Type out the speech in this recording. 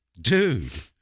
Dude